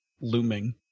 looming